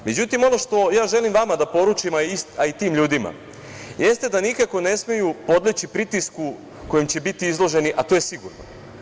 Međutim, ono što ja želim vama da poručim, a i tim ljudima, jeste da nikako ne smeju podleći pritisku kojem će biti izloženi, a to je sigurno.